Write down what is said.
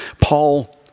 Paul